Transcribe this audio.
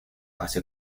hace